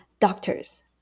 doctors